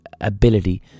ability